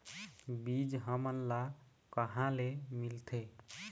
बीज हमन ला कहां ले मिलथे?